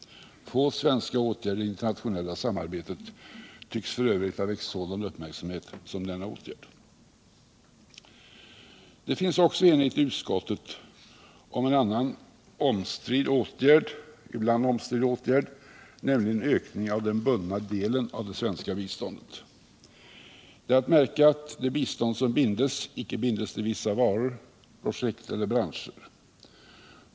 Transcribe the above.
Få svenska åtgärder i det internationella samarbetet tycks f. ö. ha väckt sådan uppmärksamhet som denna åtgärd. Det föreligger också enighet i utskottet om en annan ibland omstridd åtgärd, nämligen ökningen av den bundna delen av det svenska biståndet. Det är att märka att det bundna bistånd som det här är fråga om inte binds till vissa varor eller branscher.